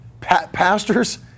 pastors